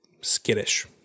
skittish